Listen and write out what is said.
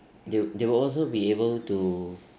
they wi~ they will also be able to